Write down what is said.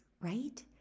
right